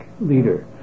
leader